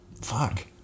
Fuck